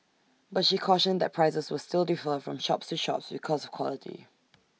but she cautioned that prices will still defer from shops to shops because of quality